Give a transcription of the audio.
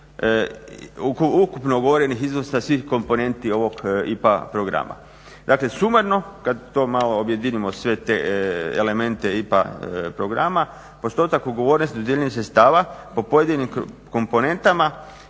ukupno ugovorenih iznosa svih komponenti ovog IPA programa. Dakle, sumarno kad to malo objedinimo, sve te elemente IPA programa postotak odgovornosti dodijeljenih sredstava po pojedinim komponentama